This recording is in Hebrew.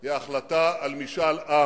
היא החלטה על משאל עם.